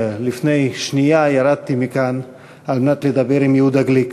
לפני שנייה ירדתי מכאן על מנת לדבר עם יהודה גליק,